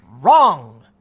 Wrong